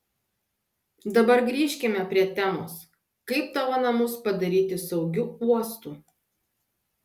dabar grįžkime prie temos kaip tavo namus padaryti saugiu uostu